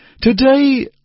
Today